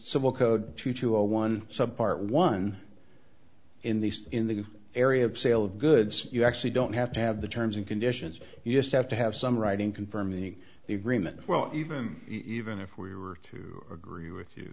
civil code two to a one subpart one in these in the area of sale of goods you actually don't have to have the terms and conditions you just have to have some writing confirming any the agreement well even even if we were to agree with you